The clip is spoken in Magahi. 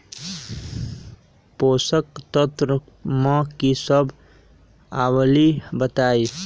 पोषक तत्व म की सब आबलई बताई?